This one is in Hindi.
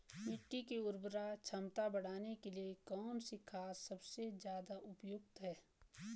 मिट्टी की उर्वरा क्षमता बढ़ाने के लिए कौन सी खाद सबसे ज़्यादा उपयुक्त है?